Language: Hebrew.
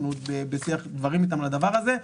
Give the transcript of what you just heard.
אנחנו עוד בשיח דברים איתם על הדבר הזה.